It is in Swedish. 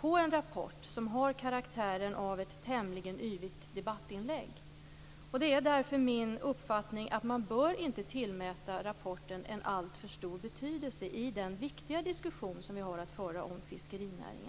på en rapport som har karaktären av ett tämligen yvigt debattinlägg. Det är därför min uppfattning att man inte bör tillmäta rapporten en alltför stor betydelse i den viktiga diskussion vi har att föra om fiskerinäringen.